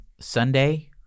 Sunday